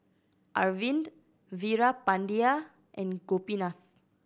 Arvind Veerapandiya and Gopinath